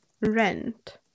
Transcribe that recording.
rent